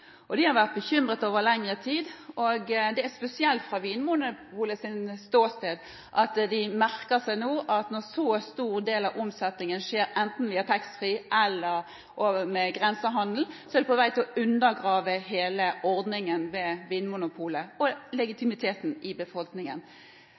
over lengre tid vært bekymret. Spesielt merker de seg – sett fra Vinmonopolets ståsted – at når en så stor del av omsetningen skjer enten via taxfree-handel eller via grensehandel, er man på vei til å undergrave hele ordningen med Vinmonopolet og